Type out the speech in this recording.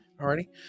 already